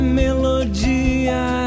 melodia